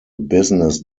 business